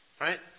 right